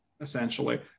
Essentially